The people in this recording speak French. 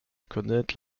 connaître